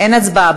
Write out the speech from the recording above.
אין הצבעה.